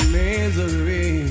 misery